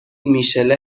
میشله